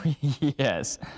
Yes